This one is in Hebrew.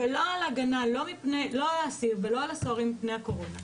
לא על האסיר ולא על הסוהרים מפני הקורונה,